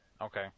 Okay